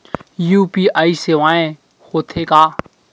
UPI सेवाएं हो थे का?